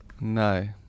No